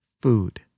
Food